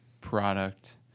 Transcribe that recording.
product